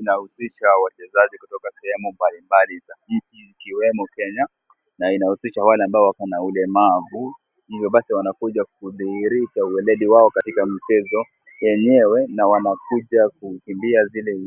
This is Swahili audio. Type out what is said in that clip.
Inahusisha wachezaji kutoka sehemu mbalimbali za nchi zikiwemo Kenya na inahusishwa wale ambao wako na ulemavu. Imebaki wanakuja kudhihirisha ueledi wao katika mchezo yenyewe na wanakuja kukimbia zile